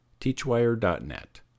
teachwire.net